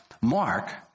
Mark